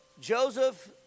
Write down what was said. Joseph